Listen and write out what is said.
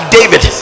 David